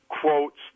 Quotes